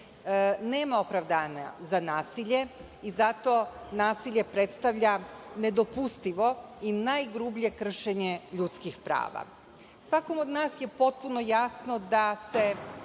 Nema opravdanja za nasilje i zato nasilje predstavlja nedopustivo i najgrublje kršenje ljudskih prava. Svakom od nas je potpuno jasno da se